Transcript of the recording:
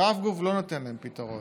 ושום גוף לא נותן להם פתרון,